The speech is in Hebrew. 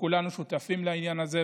וכולנו שותפים לעניין הזה,